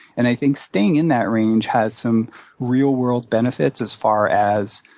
and i think staying in that range has some real-world benefits, as far as